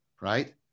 right